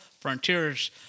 Frontiers